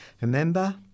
Remember